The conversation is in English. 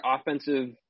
offensive